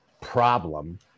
problem